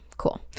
Cool